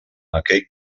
aquell